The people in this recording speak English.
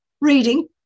reading